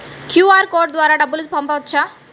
QR code ద్వారా డబ్బులు పంపవచ్చా?